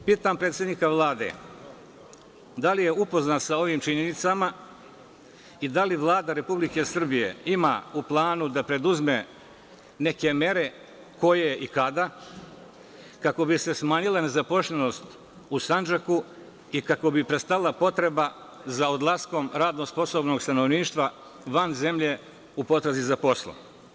Pitam predsednika Vlade da li je upoznat sa ovim činjenicama i da li Vlada Republike Srbije ima u planu da preduzme neke mere, koje i kada, kako bi se smanjila nezaposlenost u Sandžaku i kako bi prestala potreba za odlaskom radno sposobnog stanovništva van zemlje u potrazi za poslom?